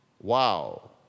Wow